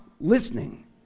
listening